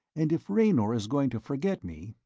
and if raynor is going to forget me,